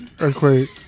Earthquake